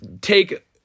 take